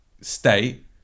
state